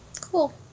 Cool